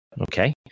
Okay